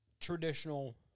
traditional